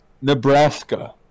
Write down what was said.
Nebraska